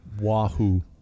Wahoo